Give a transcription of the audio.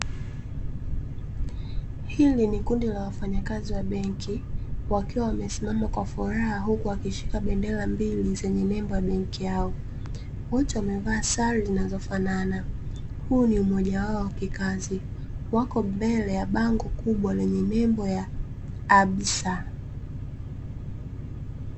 Hili ni kundi la wafanyakazi wa benki, wakiwa wamesimama kwa furaha huku wakishika bendera mbili zenye nembo ya benki yao. Wote wamevaa sare zinazofanana. Huu ni umoja wao wa kikazi. Wako mbele ya bango kubwa lenye nembo ya absa.